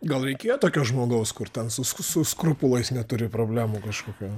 gal reikėjo tokio žmogaus kur ten suskus su skrupulais neturi problemų kažkokių